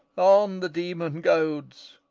on the demon goads.